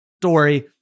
story